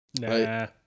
Nah